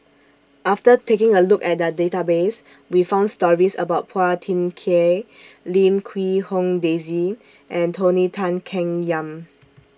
after taking A Look At The Database We found stories about Phua Thin Kiay Lim Quee Hong Daisy and Tony Tan Keng Yam